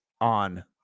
on